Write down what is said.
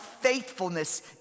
faithfulness